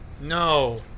No